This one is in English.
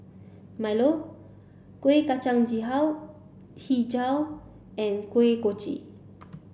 Milo Kueh Kacang Hijau and Kuih Kochi